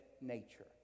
nature